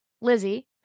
Lizzie